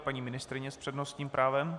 Paní ministryně s přednostním právem.